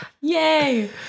Yay